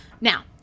now